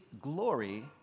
glory